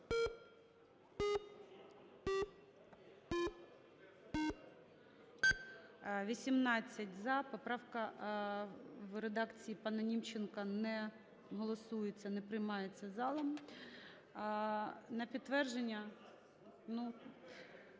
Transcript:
За-18 Поправка в редакції панаНімченка не голосується, не приймається залом.